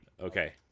Okay